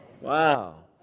wow